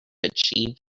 achieve